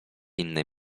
innej